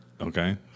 Okay